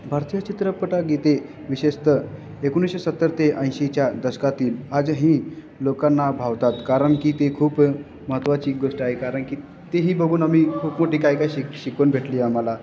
भारतीय चित्रपटगीते विशेषतः एकोणीसशे सत्तर ते ऐंशीच्या दशकातील आजही लोकांना भावतात कारणकी ते खूप महत्त्वाची गोष्ट आहे कारणकी तेही बघून आम्ही खूप मोठी काय काय शिक शिकवण भेटली आम्हाला